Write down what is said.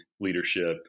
leadership